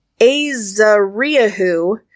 Azariahu